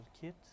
kit